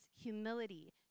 humility